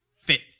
fit